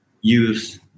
use